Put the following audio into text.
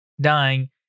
dying